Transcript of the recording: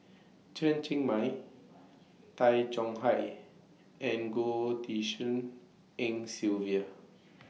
Chen Cheng Mei Tay Chong Hai and Goh Tshin En Sylvia